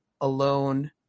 alone